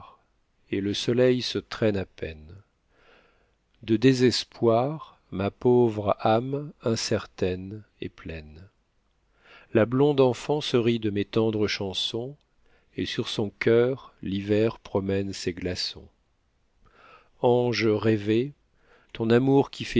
et le soleil se traîne à peine de désespoir ma pauvre âme incertaine est pleine la blonde enfant se rit de mes tendres chansons et sur son coeur l'hiver promène ses glaçons ange rêvé ton amour